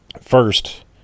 First